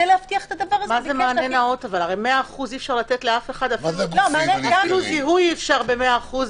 אבל אפילו בזיהוי אי-אפשר ב-100%.